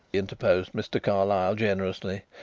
interposed mr. carlyle generously.